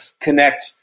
connect